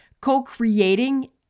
co-creating